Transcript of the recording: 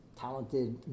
talented